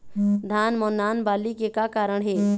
धान म नान बाली के का कारण हे?